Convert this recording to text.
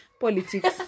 politics